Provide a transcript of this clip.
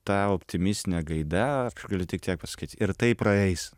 ta optimistinė gaida galiu tik tiek pasakyt ir tai praeis